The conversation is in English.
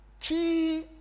key